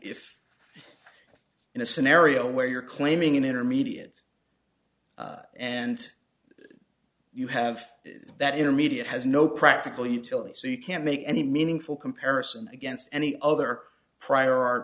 if in a scenario where you're claiming an intermediate and you have that intermediate has no practical utility so you can't make any meaningful comparison against any other prior